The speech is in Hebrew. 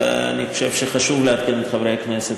ואני חושב שחשוב לעדכן את חברי הכנסת,